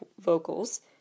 vocals